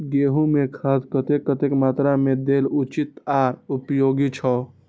गेंहू में खाद कतेक कतेक मात्रा में देल उचित आर उपयोगी छै?